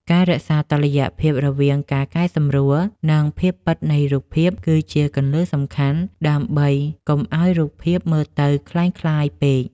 ការរក្សាតុល្យភាពរវាងការកែសម្រួល និងភាពពិតនៃរូបភាព គឺជាគន្លឹះសំខាន់ដើម្បីកុំឱ្យរូបភាពមើលទៅក្លែងក្លាយពេក។